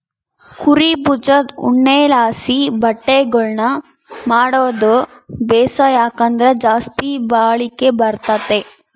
ಕುರೀ ಬುಜದ್ ಉಣ್ಣೆಲಾಸಿ ಬಟ್ಟೆಗುಳ್ನ ಮಾಡಾದು ಬೇಸು, ಯಾಕಂದ್ರ ಜಾಸ್ತಿ ಬಾಳಿಕೆ ಬರ್ತತೆ